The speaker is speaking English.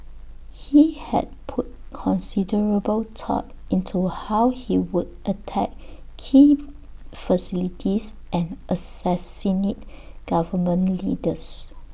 he had put considerable thought into how he would attack key facilities and assassinate government leaders